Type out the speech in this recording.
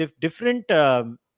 Different